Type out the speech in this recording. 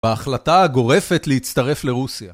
וההחלטה הגורפת להצטרף לרוסיה.